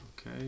Okay